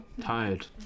Tired